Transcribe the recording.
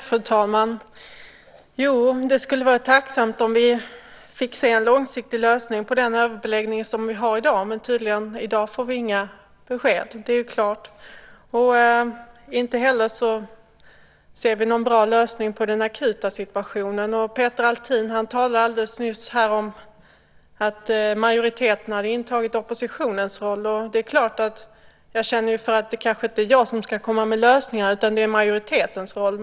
Fru talman! Vi skulle vara tacksamma om vi fick se en långsiktig lösning på den överbeläggning som är i dag. Men i dag får vi tydligen inga besked. Inte heller ser vi förslag till någon bra lösning på den akuta situationen. Peter Althin talade alldeles nyss här om att majoriteten hade intagit oppositionens roll. Och det är klart att det kanske inte är jag som ska komma med lösningar, utan det är majoritetens roll.